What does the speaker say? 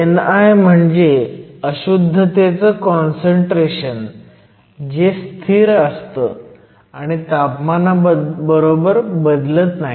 Ni म्हणजे अशुद्धतेचं concentration जे स्थिर असतं आणि तापमानाबरोबर बदलत नाही